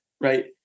right